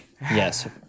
Yes